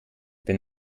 wenn